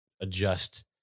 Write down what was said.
adjust